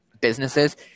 businesses